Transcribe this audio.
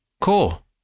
cool